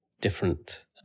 different